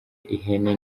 ihene